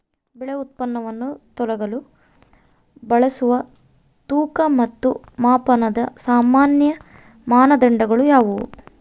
ಬೆಳೆ ಉತ್ಪನ್ನವನ್ನು ತೂಗಲು ಬಳಸುವ ತೂಕ ಮತ್ತು ಮಾಪನದ ಸಾಮಾನ್ಯ ಮಾನದಂಡಗಳು ಯಾವುವು?